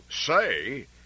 say